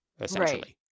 essentially